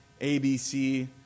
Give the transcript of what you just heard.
ABC